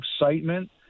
excitement